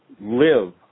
live